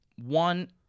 one